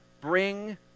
bring